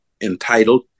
entitled